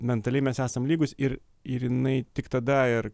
mentaliai mes esam lygūs ir ir jinai tik tada ir